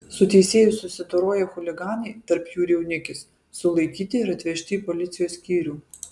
su teisėju susidoroję chuliganai tarp jų ir jaunikis sulaikyti ir atvežti į policijos skyrių